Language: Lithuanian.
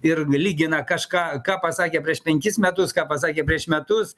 ir lygina kažką ką pasakė prieš penkis metus ką pasakė prieš metus